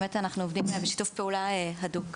אנחנו עובדים בשיתוף פעולה הדוק.